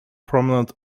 prominent